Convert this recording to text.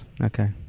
okay